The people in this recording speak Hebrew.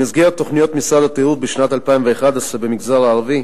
במסגרת תוכניות משרד התיירות בשנת 2011 במגזר הערבי,